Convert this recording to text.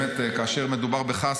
כאשר מדובר בך,